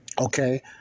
Okay